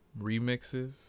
remixes